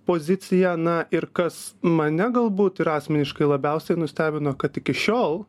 poziciją na ir kas mane galbūt ir asmeniškai labiausiai nustebino kad iki šiol